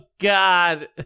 God